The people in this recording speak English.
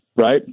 Right